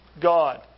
God